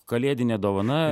kalėdinė dovana